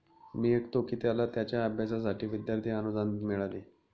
मी ऐकतो की त्याला त्याच्या अभ्यासासाठी विद्यार्थी अनुदान मिळाले